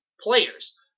players